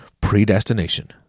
predestination